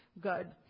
good